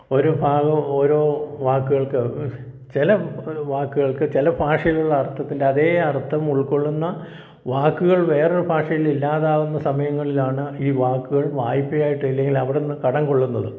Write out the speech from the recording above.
ഒരു ഭാഗം ഓരോ വാക്കുകൾക്ക് ചില വാക്കുകൾക്ക് ചില ഫാഷയിലുള്ള അർഥത്തിൻ്റെ അതേ അർത്ഥം ഉൾക്കൊള്ളുന്ന വാക്കുകൾ വേറെ ഭാഷയിൽ ഇല്ലാതാകുന്ന സമയങ്ങളിലാണ് ഈ വാക്കുകൾ വായ്പ്പയായിട്ട് ഇല്ലെങ്കിൽ അവിടെ നിന്ന് കടം കൊള്ളുന്നത്